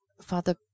Father